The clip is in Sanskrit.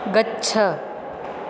गच्छ